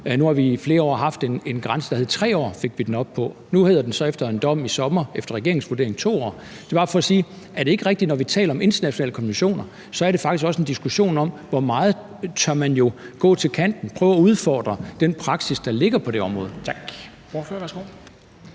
Nu har vi i flere år haft en grænse på 3 år, som vi fik den op på, og nu er den så efter en dom i sommer efter regeringens vurdering 2 år. Det er bare for at spørge: Er det ikke rigtigt, at når vi taler om internationale konventioner, er det faktisk også en diskussion om, hvor meget man tør gå til kanten af og prøve at udfordre den praksis, der ligger på det område? Kl.